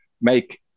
Make